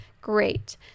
great